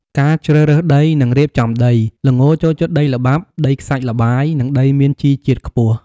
ការជ្រើសរើសដី និងរៀបចំដី ល្ងចូលចិត្តដីល្បាប់ ដីខ្សាច់ល្បាយ និងដីមានជីជាតិខ្ពស់។